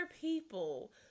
people